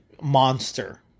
monster